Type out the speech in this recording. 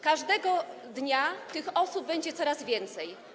Każdego dnia tych osób będzie coraz więcej.